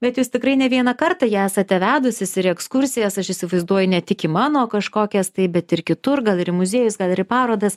bet jūs tikrai ne vieną kartą jį esate vedusis ir į ekskursijas aš įsivaizduoju ne tik į mano kažkokias tai bet ir kitur gal ir į muziejus gal ir į parodas